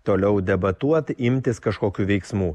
toliau debatuot imtis kažkokių veiksmų